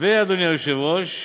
אדוני היושב-ראש,